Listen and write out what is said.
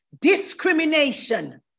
discrimination